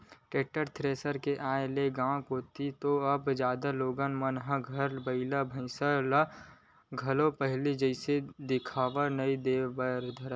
tractor, thresher के आय ले गाँव कोती तो अब जादा लोगन मन घर बइला भइसा ह घलोक पहिली जइसे दिखउल नइ देय बर धरय